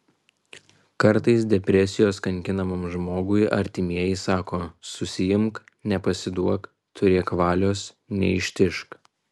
kartais depresijos kankinamam žmogui artimieji sako susiimk nepasiduok turėk valios neištižk